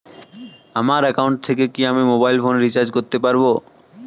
আমার একাউন্ট থেকে কি আমি মোবাইল ফোন রিসার্চ করতে পারবো?